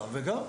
גם וגם.